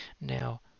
now